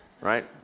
Right